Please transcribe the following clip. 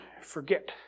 forget